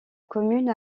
commune